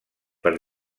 per